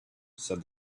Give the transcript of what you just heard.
said